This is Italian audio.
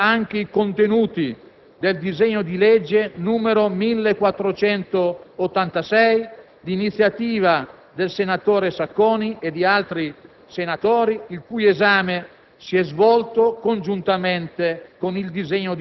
la Commissione ha tenuto presenti anche i contenuti del disegno di legge n. 1486, di iniziativa del senatore Sacconi ed altri, il cui esame